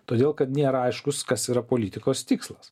todėl kad nėra aiškus kas yra politikos tikslas